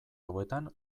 hauetan